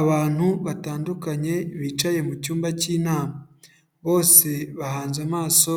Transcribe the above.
Abantu batandukanye bicaye mu cyumba cy'inama, bose bahanze amaso